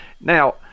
Now